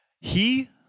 he-